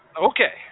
Okay